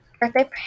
birthday